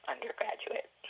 undergraduate